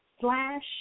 slash